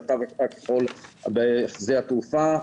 זה התו הכחול בשדה התעופה,